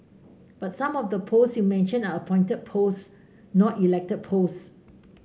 but some of the posts you mentioned are appointed posts not elected posts